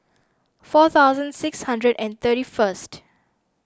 four thousand six hundred and thirty first